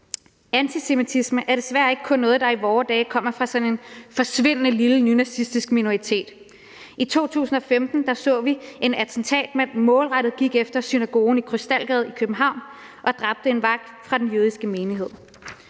Antisemitisme er desværre ikke kun noget, der i vore dage kommer fra sådan en forsvindende lille nynazistisk minoritet. I 2015 så vi, at en attentatmand målrettet gik efter synagogen i Krystalgade i København og dræbte en vagt fra den jødiske menighed.